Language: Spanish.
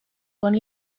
con